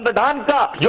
but da um da yeah